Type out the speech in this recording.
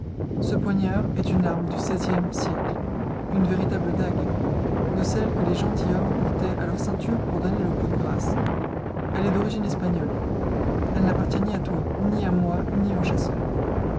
ce poignard est une arme du seizième siècle une véritable dague de celles que les gentilshommes portaient à leur ceinture pour donner le coup de grâce elle est d'origine espagnole elle n'appartient ni à toi ni à moi ni au chasseur